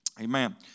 amen